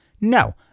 No